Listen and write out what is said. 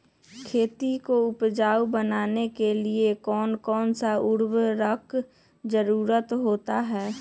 खेती को उपजाऊ बनाने के लिए कौन कौन सा उर्वरक जरुरत होता हैं?